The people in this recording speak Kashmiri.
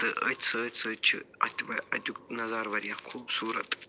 تہٕ أتھۍ سۭتۍ سۭتۍ چھِ اَتھِ وَ اَتیُک نظارٕ واریاہ خوٗبصوٗرَت